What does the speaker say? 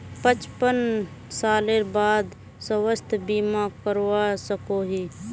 पचपन सालेर बाद स्वास्थ्य बीमा करवा सकोहो ही?